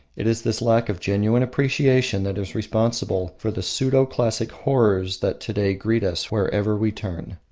it is this lack of genuine appreciation that is responsible for the pseudo-classic horrors that to-day greet us wherever we turn.